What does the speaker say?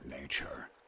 Nature